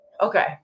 Okay